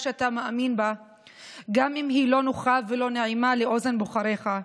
שאתה מאמין בה גם אם היא לא נוחה ולא נעימה לאוזן בוחריך.